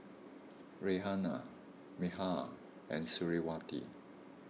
Raihana Mikhail and Suriawati